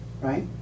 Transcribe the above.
right